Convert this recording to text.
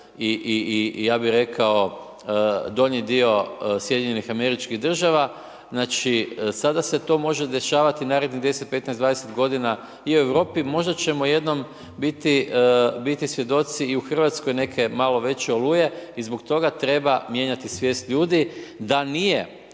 i ja bih rekao donji dio SAD-a, znači sada se to može dešavati narednih 10, 15, 20 godina i u Europi. Možda ćemo jednom biti svjedoci i u Hrvatskoj neke malo veće oluje i zbog toga treba mijenjati svijest ljudi da nije